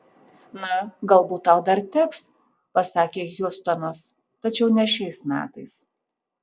na galbūt tau dar teks pasakė hjustonas tačiau ne šiais metais